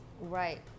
Right